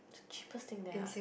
it's the cheapest thing there ah